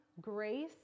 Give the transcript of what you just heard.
grace